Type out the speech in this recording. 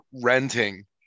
renting